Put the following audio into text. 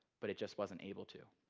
but it just wasn't able to.